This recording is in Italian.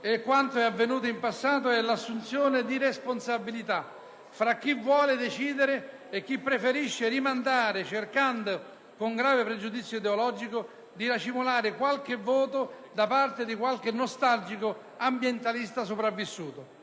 e quanto avvenuto in passato è l'assunzione di responsabilità tra chi vuole decidere e chi preferisce rimandare, cercando, con grave pregiudizio ideologico, di racimolare qualche voto da parte di qualche nostalgico ambientalista sopravvissuto.